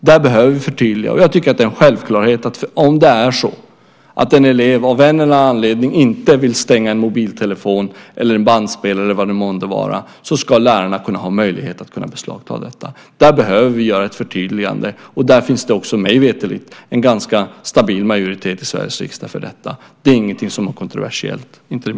Där behöver vi förtydliga. Jag tycker att det är självklart att om en elev av någon anledning inte vill stänga av sin mobiltelefon eller bandspelare ska lärarna kunna beslagta den. Där behöver vi göra ett förtydligande. Mig veterligt finns det en ganska stabil majoritet för detta i Sveriges riksdag. Det är inte det minsta kontroversiellt.